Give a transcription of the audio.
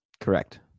Correct